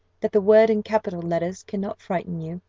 that the word in capital letters cannot frighten you.